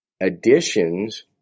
Additions